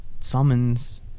summons